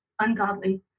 Ungodly